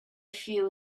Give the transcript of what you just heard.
few